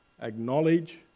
acknowledge